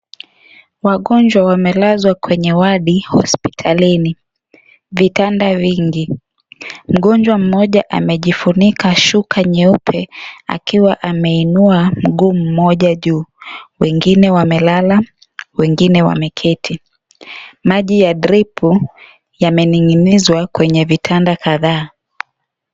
Wagonjwa wamelazwa kwenye wadi hospitalini. Vitanda vingi. Mgonjwa mmoja amejifunika shuka nyeupe, akiwa ameinua mguu mmoja juu. Wengine wamelala, wengine wameketi. Maji ya dripu, yamening'inizwa kwenye vitanda kadhaa.